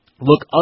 look